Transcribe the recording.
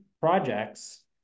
projects